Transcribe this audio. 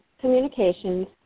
Communications